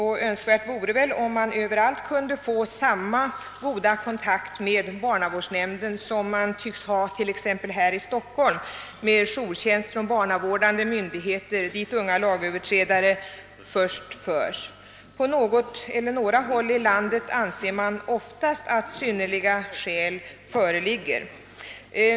Önskvärt vore väl att man överallt kunde få samma goda kontakt med barnavårdsnämnden som man tycks ha t.ex. här i Stockholm med jourtjänst hos barnavårdande myndigheter, dit unga lagöverträdare förs. På något eller några håll i landet anser man oftast att synnerliga skäl föreligger.